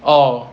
oh